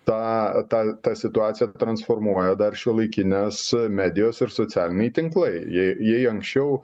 tą tą tą situaciją transformuoja dar šiuolaikinės medijos ir socialiniai tinklai jei jei anksčiau